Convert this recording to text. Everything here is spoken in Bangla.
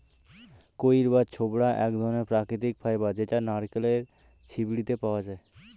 কইর বা ছোবড়া এক ধরণের প্রাকৃতিক ফাইবার যেটা নারকেলের ছিবড়েতে পাওয়া যায়